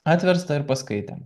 atverstą ir paskaitėme